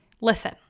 listen